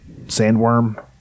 sandworm